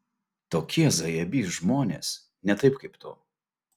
tokie zajabys žmonės ne taip kaip tu